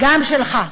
גם שלך.